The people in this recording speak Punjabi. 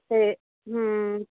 ਅਤੇ ਹਮ